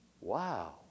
Wow